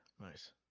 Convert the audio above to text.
Nice